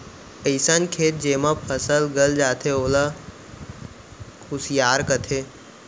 अइसन खेत जेमा फसल गल जाथे ओला खुसियार कथें